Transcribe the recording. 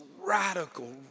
radical